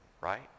right